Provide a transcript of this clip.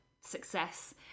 success